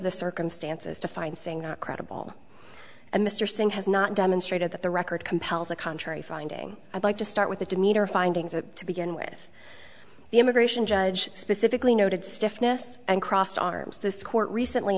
the circumstances to find saying a credible and mr singh has not demonstrated that the record compels a contrary finding i'd like to start with the demeter findings and to begin with the immigration judge specifically noted stiffness and crossed